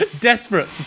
desperate